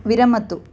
विरमतु